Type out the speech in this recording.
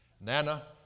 Nana